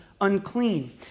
unclean